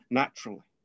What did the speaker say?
naturally